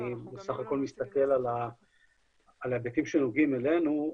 אני בסך הכול מסתכל על ההיבטים שנוגעים אלינו,